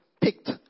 picked